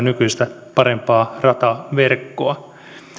nykyistä parempaa rataverkkoa